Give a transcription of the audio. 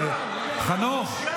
בושה וחרפה.